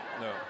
No